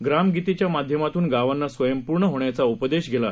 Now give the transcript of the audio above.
ग्रामगीतेच्या माध्यमातून गावांना स्वयंपूर्ण होण्याचा उपदेश केला